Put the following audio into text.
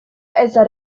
está